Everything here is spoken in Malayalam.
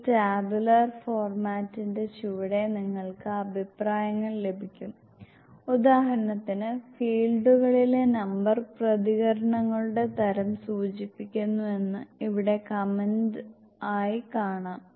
ഈ ടാബുലാർ ഫോർമാറ്റിന്റെ ചുവടെ നിങ്ങൾക്ക് അഭിപ്രായങ്ങൾ ലഭിക്കും ഉദാഹരണത്തിന് ഫീൽഡുകളിലെ നമ്പർ പ്രതികരണങ്ങളുടെ തരം സൂചിപ്പിക്കുന്നു എന്ന് ഇവിടെ കമന്റ് ആയി കാണാം